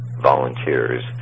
volunteers